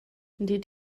did